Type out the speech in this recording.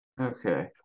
Okay